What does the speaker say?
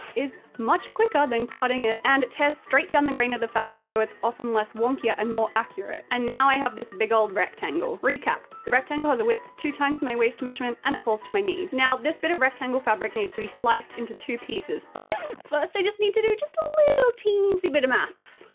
is much quicker than cutting it and it tears straight down the grain of the fabric, so it's often less wonkier and more accurate. and now i have this big ol' rectangle. recap. the rectangle has a width two times my waist measurement, and it falls to my knees. now, this rectangle of fabric needs to be sliced into two pieces but first, i just need to do just a little teensy bit of maths.